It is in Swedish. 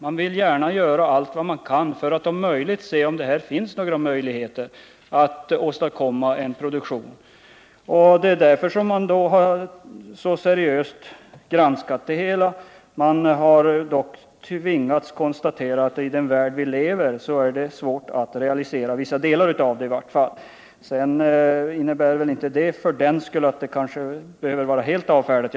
Man vill gärna göra allt man kan för att se om det finns några möjligheter att åstadkomma en produktion. Därför har man så seriöst granskat det hela. Man har dock tvingats konstatera att det i den värld som vi lever i är svårt att realisera planerna — i varje fall vissa delar. För den skull behöver de inte vara helt avfärdade.